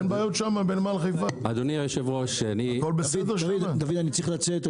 אני צריך לצאת.